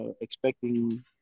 expecting